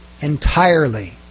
entirely